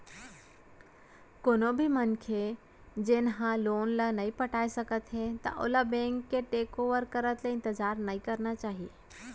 कोनो भी मनसे जेन ह लोन ल नइ पटाए सकत हे त ओला बेंक के टेक ओवर करत ले इंतजार नइ करना चाही